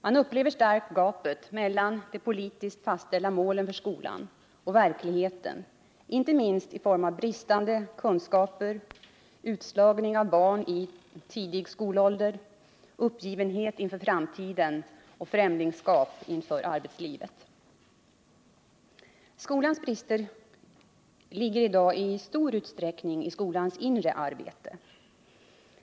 Man upplever starkt gapet mellan de politiskt fastställda målen för skolan och verkligheten, inte minst i form av bristande kunskaper, utslagning av barn i tidig skolålder, uppgivenhet inför framtiden och främlingskap inför arbetslivet. Skolans brister ligger i dag i stor utsträckning i skolans inre arbete.